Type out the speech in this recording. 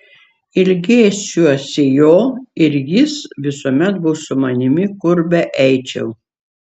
ilgėsiuosi jo ir jis visuomet bus su manimi kur beeičiau